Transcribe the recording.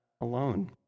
alone